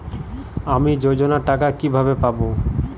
আমি যোজনার টাকা কিভাবে পাবো?